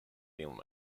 film